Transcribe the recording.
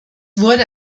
wurde